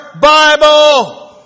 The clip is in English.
Bible